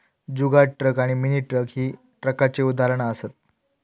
जुगाड truck आणि mini truck ही ट्रकाची उदाहरणा असत